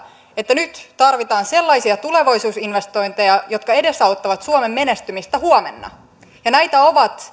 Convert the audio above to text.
että nyt tarvitaan sellaisia tulevaisuusinvestointeja jotka edesauttavat suomen menestymistä huomenna näitä ovat